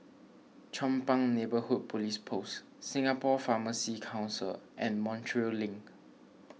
Chong Pang Neighbourhood Police Post Singapore Pharmacy Council and Montreal Link